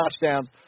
touchdowns